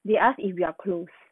they asked if you are close